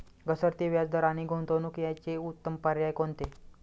घसरते व्याजदर आणि गुंतवणूक याचे उत्तम पर्याय कोणते?